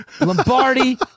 Lombardi